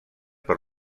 per